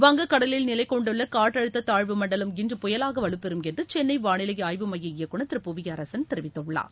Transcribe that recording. வங்கக்கடலில் நிலைகொண்டுள்ள காற்றழுத்த தாழ்வு மண்டவம் இன்று புயவாக வலுப்பெறும் என்று சென்னை வானிலை ஆய்வு மைய இயக்குநர் திரு புவியரசன் தெரிவித்துள்ளார்